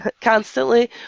constantly